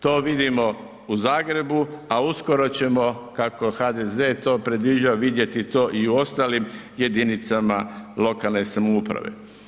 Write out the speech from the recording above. To vidimo u Zagrebu a uskoro ćemo kako HDZ to predviđa vidjeti to i u ostalim jedinicama lokalne samouprave.